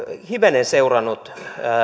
hivenen seurannut